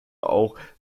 auch